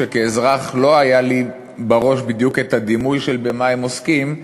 שכאזרח לא היה לי בראש בדיוק את הדימוי במה הם עוסקים,